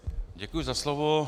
Děkuji za slovo.